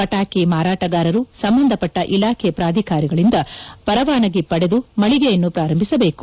ಪಟಾಕಿ ಮಾರಾಟಗಾರರು ಸಂಬಂಧಪಟ್ಟ ಇಲಾಖೆ ಪ್ರಾಧಿಕಾರಗಳಿಂದ ಪರವಾನಗಿ ಪಡೆದು ಮಳಿಗೆಯನ್ನು ಪ್ರಾರಂಭಿಸಬೇಕು